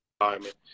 environment